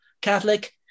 Catholic